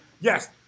yes